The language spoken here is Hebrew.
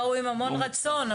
באו עם המון רצון,